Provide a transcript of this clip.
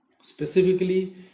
Specifically